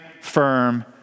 firm